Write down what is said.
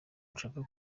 nshaka